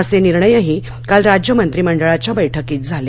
असे निर्णयही काल राज्य मंत्रिमंडळाच्या बैठकीत झाले